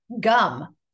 gum